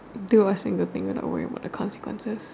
do a single thing without worrying about the consequences